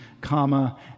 comma